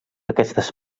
aquestes